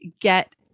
get